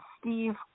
Steve